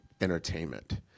entertainment